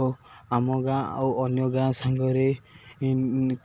ଓ ଆମ ଗାଁ ଆଉ ଅନ୍ୟ ଗାଁ ସାଙ୍ଗରେ